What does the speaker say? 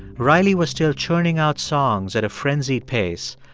riley was still churning out songs at a frenzied pace,